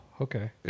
okay